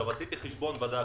עשיתי חשבון ובדקתי,